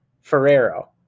ferrero